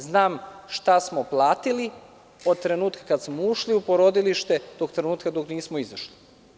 Znam šta smo platili od trenutka kada smo ušli u porodilište, do trenutka dok nismo izašli.